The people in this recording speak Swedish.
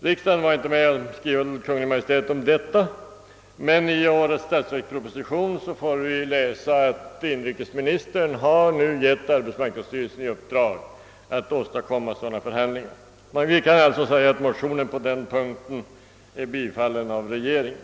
Riksdagen gick inte med på att skriva till Kungl. Maj:t om detta, men i årets statsverksproposition får vi läsa att inrikesministern nu givit arbetsmarknadsstyrelsen i uppdrag att åstadkomma sådana förhandlingar. Vi kan alltså säga att motionen på den punkten har bifallits av regeringen.